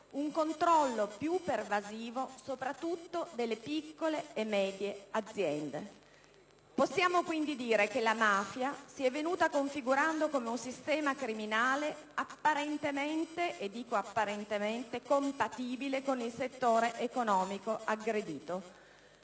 un controllo più pervasivo soprattutto delle piccole e medie aziende. Possiamo quindi dire che la mafia si è venuta configurando come un sistema criminale apparentemente compatibile con il settore economico aggredito.